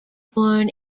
born